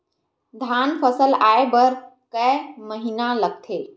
धान फसल आय बर कय महिना लगथे?